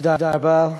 תודה רבה.